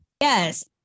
Yes